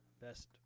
best